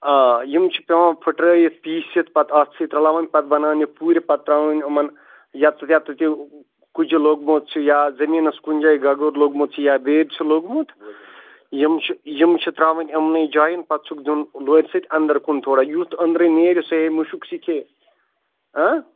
آ یِم چھِ پٮ۪وان پھُٹرٲوِتھ پیٖسِتھ پَتہٕ اَتھ سۭتۍ رَلاوٕنۍ پَتہٕ بَناونہِ پوٗرِ پَتہٕ ترٛاوٕنۍ یِمَن ییٚتٮ۪س ییٚتٮ۪س تہِ کُجہِ لوٚگمُت چھُ یا زٔمیٖنَس کُنہِ جایہِ گَگُر لوٚگمُت چھِ یا بیٚد چھُ لوٚگمُت یِم چھِ یِم چھِ ترٛاوٕنۍ یِمنٕے جایَن پَتہٕ چھُکھ دیُن لورِ سۭتۍ أنٛدَر کُن تھوڑا یُتھ أنٛدرٕے نیرِ سُہ ہیٚیہِ ہے مُشُک سُہ کھیٚے